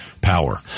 power